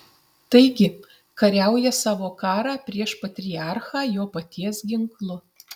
taigi kariauja savo karą prieš patriarchą jo paties ginklu